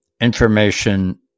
information